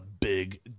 big